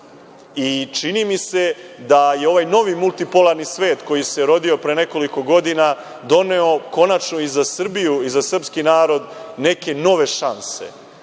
i čini mi se da je ovaj novi multipolarni svet koji se rodio pre nekoliko godina doneo konačno i za Srbiju i za srpski narod neke nove šanse,